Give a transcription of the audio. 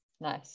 Nice